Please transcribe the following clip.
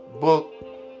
book